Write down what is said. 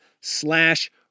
slash